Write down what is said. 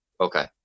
Okay